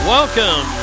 Welcome